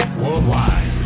worldwide